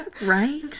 right